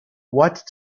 what